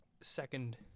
Second